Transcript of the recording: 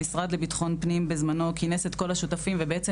המשרד לביטחון פנים בזמנו כינס את כל השותפים ובעצם